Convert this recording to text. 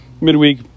midweek